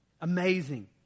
Amazing